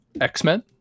X-Men